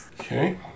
Okay